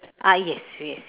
ah yes yes